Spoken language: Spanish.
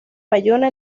bayona